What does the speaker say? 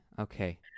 okay